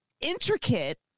intricate